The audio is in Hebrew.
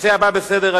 הנושא הבא בסדר-היום: